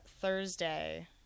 Thursday